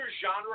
genre